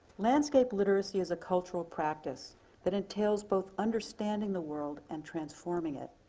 landscape literary is a cultural practice that entails both understanding the world and transforming it.